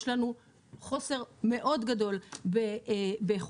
יש לנו חוסר מאוד גדול בחוקרים.